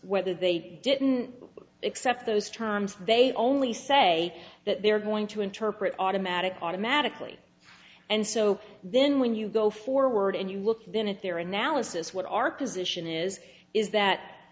whether they didn't accept those terms they only say that they are going to interpret automatic automatically and so then when you go forward and you look then at their analysis what our position is is that